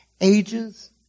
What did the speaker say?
ages